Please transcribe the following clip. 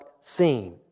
scene